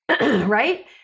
right